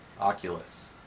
Oculus